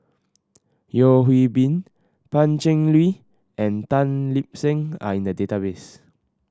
Yeo Hwee Bin Pan Cheng Lui and Tan Lip Seng are in the database